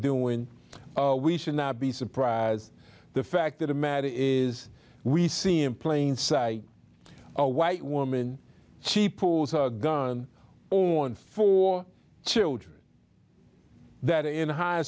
when we should not be surprised the fact of the matter is we see in plain sight a white woman she pulls a gun own four children that are in high